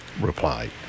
replied